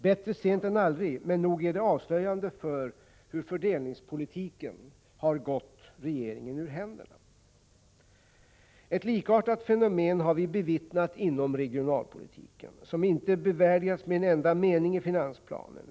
Bättre sent än aldrig, men nog är det avslöjande för hur fördelningspolitiken har gått regeringen ur händerna. Ett likartat fenomen har vi bevittnat inom regionalpolitiken, som inte bevärdigades med en enda mening i finansplanen.